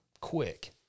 quick